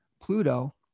Pluto